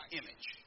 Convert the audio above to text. image